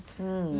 hmm